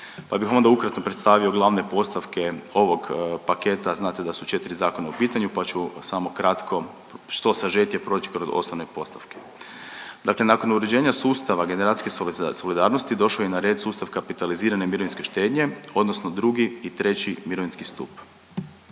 pa bih onda ukratko predstavio glavne postavke ovog paketa znate da su četiri zakona u pitanju, pa ću samo kratko što sažetije proći kroz osnovne postavke. Dakle, nakon uređenja sustava generacijske solidarnosti došao je na red kapitalizirane mirovinske štednje odnosno 2. i 3. mirovinski stup.